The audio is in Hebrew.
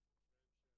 אבל זה לא אומר שאי-אפשר